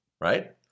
right